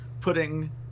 putting